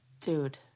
dude